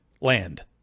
land